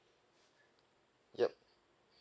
ya